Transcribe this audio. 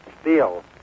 Steel